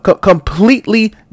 completely